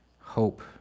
hope